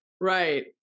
Right